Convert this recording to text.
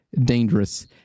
dangerous